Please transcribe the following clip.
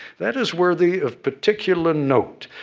that is worthy of particular note.